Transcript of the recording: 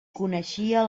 coneixia